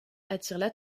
attirent